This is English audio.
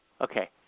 Okay